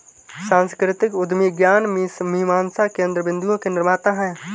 सांस्कृतिक उद्यमी ज्ञान मीमांसा केन्द्र बिन्दुओं के निर्माता हैं